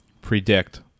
predict